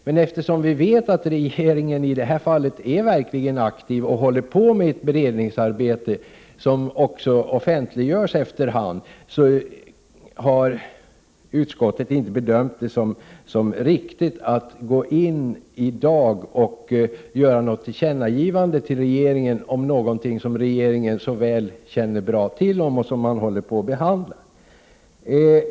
Men eftersom vi vet att regeringen arbetar aktivt och bereder ärendet samt under hand offentliggör sina ställningstaganden, har utskottet inte ansett det vara riktigt att riksdagen i dag fattar beslut om ett tillkännagivande till regeringen i en fråga som regeringen redan behandlar.